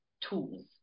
tools